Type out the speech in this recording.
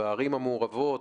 בערים המעורבות,